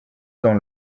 dans